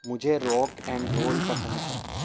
مجھے rock and roll پسند ہیں